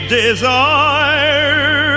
desire